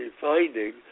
finding